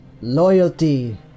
Loyalty